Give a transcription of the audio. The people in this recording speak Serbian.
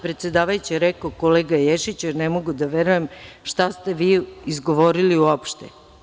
Predsedavajući je rekao: „Kolega Ješiću, ja ne mogu da verujem šta ste vi izgovorili uopšte“